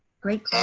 great